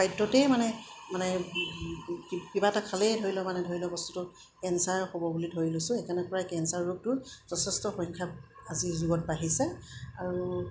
খাদ্যতেই মানে মানে কিবা এটা খালেই ধৰি লওক মানে ধৰি লওক বস্তুটো কেঞ্চাৰ হ'ব বুলি ধৰি লৈছোঁ সেইকাৰণে পৰাই কেঞ্চাৰ ৰোগটো যথেষ্ট সংখ্যা আজিৰ যুগত বাঢ়িছে আৰু